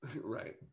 Right